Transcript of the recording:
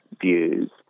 views